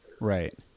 right